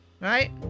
right